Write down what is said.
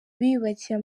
biyubakiye